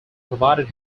provided